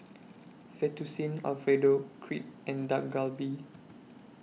Fettuccine Alfredo Crepe and Dak Galbi